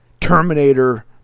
Terminator –